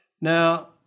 Now